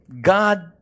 God